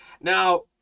now